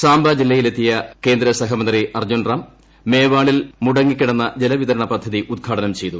സാംബ ജില്ലയിലെത്തിയ ക്യേന്ദ്രസഹമന്ത്രി അർജുൻറാം മേവാളിൽ മുടങ്ങികിടന്ന ജലവിതരണ്പ്പിദ്ധതി ഉദ്ഘാടനം ചെയ്തു